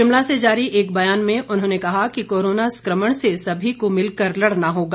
शिमला से जारी एक ब्यान में उन्होंने कहा कि कोरोना संक्रमण से सभी को मिलकर लड़ना होगा